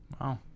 Wow